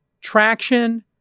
traction